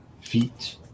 feet